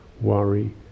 worry